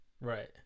Right